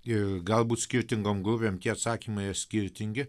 ir galbūt skirtingom grupėm tie atsakymai yra skirtingi